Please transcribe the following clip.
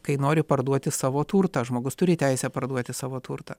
kai nori parduoti savo turtą žmogus turi teisę parduoti savo turtą